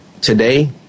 today